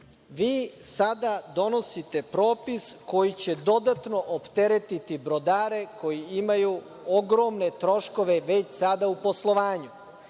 vi sada donosite propis koji će dodatno opteretiti brodare koji imaju ogromne troškove već sada u poslovanju